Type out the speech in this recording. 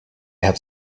have